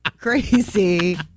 crazy